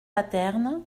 paterne